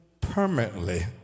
permanently